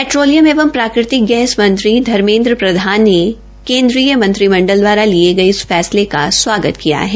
petroleum एवं प्राकृतिक gas मंत्री धमेंद्र प्रधान ने केन्द्रीय मंत्रिमंडल दवारा किये गये इस फैसले का स्वागत किया है